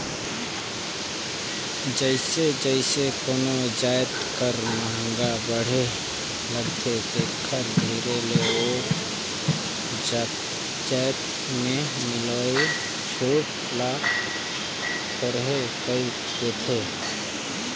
जइसे जइसे कोनो जाएत कर मांग बढ़े लगथे तेकर धीरे ले ओ जाएत में मिलोइया छूट ल थोरहें कइर देथे